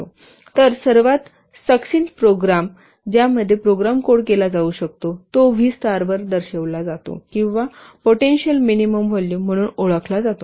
तर सर्वात succinct program ज्यामध्ये प्रोग्राम कोड केला जाऊ शकतो तो व्ही स्टारवर दर्शविला जातो किंवा पोटेंशिअल मिनिमम व्हॉल्युम म्हणून ओळखला जातो